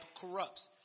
corrupts